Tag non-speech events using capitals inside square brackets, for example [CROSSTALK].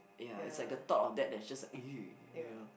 ya it's like the thought of that that's just [NOISE] you know